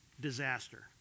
disaster